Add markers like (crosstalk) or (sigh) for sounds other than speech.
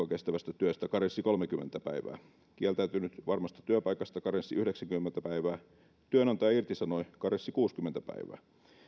(unintelligible) kestävästä työstä karenssi kolmekymmentä päivää kieltäytynyt varmasta työpaikasta karenssi yhdeksänkymmentä päivää työnantaja irtisanoi karenssi kuusikymmentä päivää